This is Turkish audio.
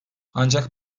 ancak